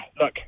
look